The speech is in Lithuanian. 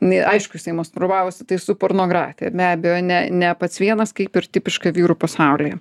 nai aišku jisai masturbavosi tai su pornografija be abejo ne ne pats vienas kaip ir tipiška vyrų pasaulyje